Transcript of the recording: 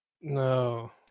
no